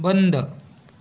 बंद